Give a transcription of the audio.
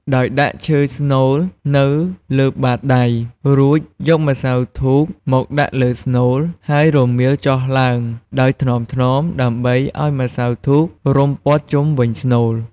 ដោយដាក់ឈើស្នូលនៅលើបាតដៃ រួចយកម្សៅធូបមកដាក់លើស្នូល ហើយរមៀលចុះឡើងដោយថ្នមៗដើម្បីឱ្យម្សៅធូបរុំព័ទ្ធជុំវិញស្នូល។